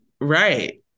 right